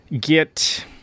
get